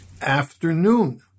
afternoon